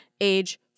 age